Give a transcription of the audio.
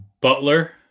Butler